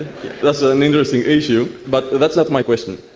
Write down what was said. that's ah an interesting issue. but that's not my question.